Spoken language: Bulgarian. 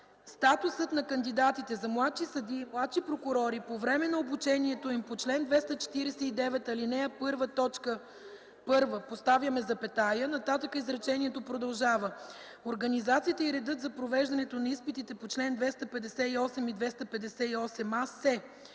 „Статусът на кандидатите за младши съдии и младши прокурори по време на обучението им по чл. 249, ал. 1, т. 1 – поставяме запетая, нататък изречението продължава – „организацията и редът за провеждането на изпитите по чл. 258 и 258а се